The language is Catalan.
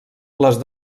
les